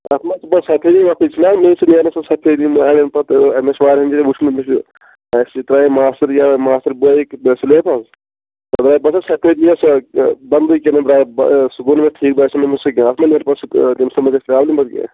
تتھ ما چھِ پَتہٕ سَفیٚدی وَفیٚدی چھِ نا نٔنۍ سُہ نیران پَتہٕ سَفیٚدی أڈیَن پَتہٕ مےٚ چھُ واریاہَن جایَن وُچھمُت مےٚ چھُ اَسہِ تہِ ترٛایاو ماستٕرۍ یا ماستٕرۍ باے أکۍ سِلب حظ سِلب پیٚٹھ ستہٕ ریٚتۍ بدلٕے کیٛاہتام آب سُہ گوٚو نہٕ ٹھیٖک باسیٚو نہٕ مےٚ کیٚنٛہہ سُہ تَمہِ سٍتۍ ما گژھِ پرٛابلم پَتہٕ کیٚنٛہہ